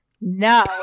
no